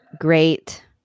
great